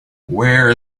where